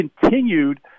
continued